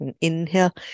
inhale